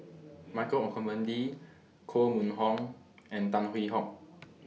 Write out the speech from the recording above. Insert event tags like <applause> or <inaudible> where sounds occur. <noise> Michael Olcomendy Koh Mun Hong and Tan Hwee Hock